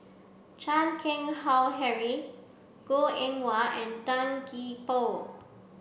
Chan Keng Howe Harry Goh Eng Wah and Tan Gee Paw